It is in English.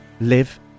live